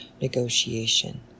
negotiation